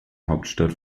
hauptstadt